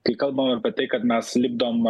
kai kalbam apie tai kad mes lipdom